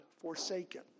forsaken